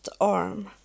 arm